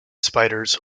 spiders